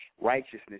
Righteousness